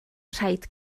rhaid